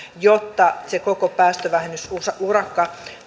jotta koko päästövähennysurakka